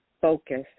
focus